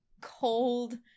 cold